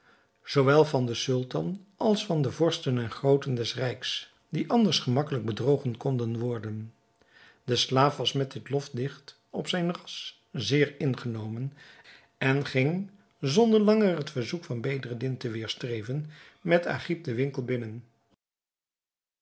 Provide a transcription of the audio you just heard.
zoowel van den sultan als van de vorsten en grooten des rijks die anders gemakkelijk bedrogen konden worden de slaaf was met dit lofdicht op zijn ras zeer ingenomen en ging zonder langer het verzoek van bedreddin te weerstreven met agib den winkel binnen